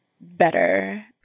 better